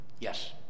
Yes